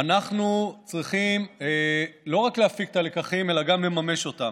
אנחנו צריכים לא רק להפיק את הלקחים אלא גם לממש אותם: